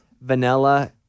Vanilla